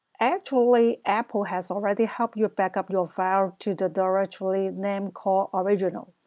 actually, apple has already helped you backup your files to the directory name called original.